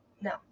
no